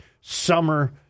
summer